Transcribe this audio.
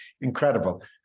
incredible